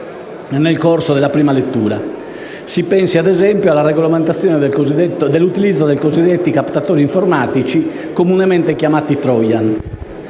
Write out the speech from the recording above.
nel corso della prima lettura. Si pensi, ad esempio, alla regolamentazione dell'utilizzo dei cosiddetti captatori informatici, comunemente chiamati *trojan*.